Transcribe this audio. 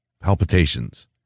palpitations